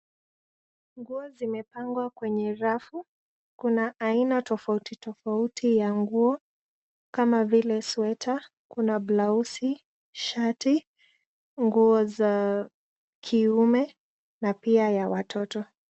Nguo zimepagwa kwenye rafu kuna aina tofauti tofauti ya nguo kama vile [sweater],blausi, shati nguo za kiume pia za watoto.